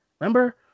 Remember